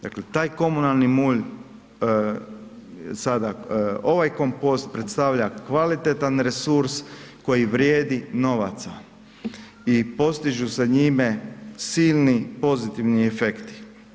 Dakle, taj komunalni mulj, sada ovaj kompost predstavlja kvalitetan resurs koji vrijedi novaca i postižu se njime silni pozitivni efekti.